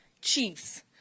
chiefs